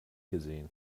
gesehen